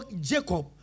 Jacob